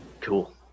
cool